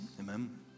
amen